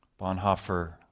Bonhoeffer